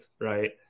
Right